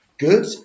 Good